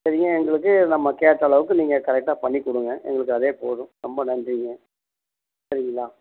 சரிங்க எங்களுக்கு நம்ப கேட்ட அளவுக்கு நீங்கள் கரெக்டாக பண்ணி கொடுங்க எங்களுக்கு அதே போதும் ரொம்ப நன்றிங்க சரிங்களா